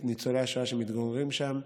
ניצולי השואה שמתגוררים שם,